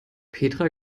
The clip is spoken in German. petra